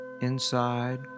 inside